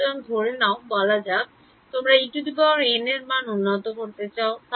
সুতরাং ধরে নাও বলা যাক তোমরা এর মান উন্নত করতে চাও